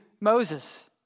Moses